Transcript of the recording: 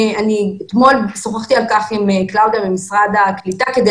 אתמול שוחחתי על כך עם קלאודיה כץ במשרד הקליטה כדי